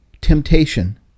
temptation